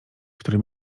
który